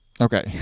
okay